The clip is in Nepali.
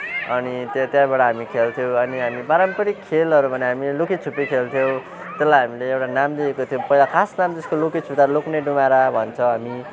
अनि त्यहाँ त्यहाँबाट हामी खेल्छौँ अनि हामी पारम्परिक खेलहरू भने हामी लुकीछुपी खेल्थ्यौँ त्यसलाई हामीले एउटा नाम दिएको पहिला खास नाम त्यसको लुके छुँदा लुक्ने डुमारा भन्छौँ हामी